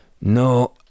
No